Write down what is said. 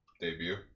debut